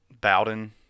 Bowden –